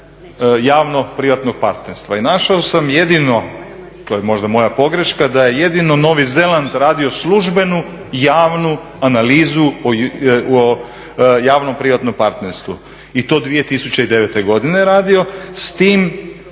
javno privatnog partnerstva i našao sam jedino, to je možda moja pogreška, da je jedino Novi Zeland radio službenu, javnu analizu o javno privatnom partnerstvu i to 2009. godine je radio,